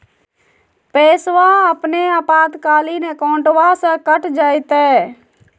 पैस्वा अपने आपातकालीन अकाउंटबा से कट जयते?